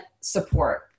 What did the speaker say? support